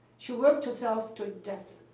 she worked herself to death,